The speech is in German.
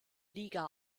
liga